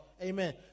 Amen